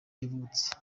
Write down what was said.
yavutse